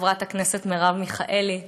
חברת הכנסת מרב מיכאלי,